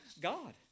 God